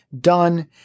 done